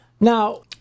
Now